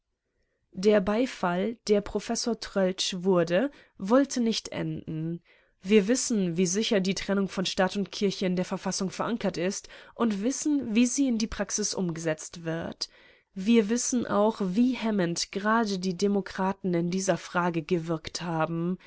der beifall der professor troeltsch wurde wollte nicht enden wir wissen wie sicher die trennung von staat und kirche in der verfassung verankert ist und wissen wie sie in die praxis umgesetzt wird wir wissen auch wie hemmend gerade die demokraten in dieser frage gewirkt haben